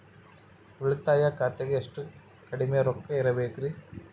ಉಳಿತಾಯ ಖಾತೆಗೆ ಎಷ್ಟು ಕಡಿಮೆ ರೊಕ್ಕ ಇಡಬೇಕರಿ?